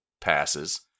passes